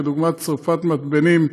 דוגמת שרפת מתבנים,